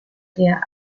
der